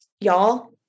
y'all